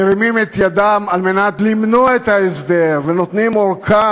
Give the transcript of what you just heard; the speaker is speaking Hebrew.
מרימים את ידם על מנת למנוע את ההסדר ונותנים ארכה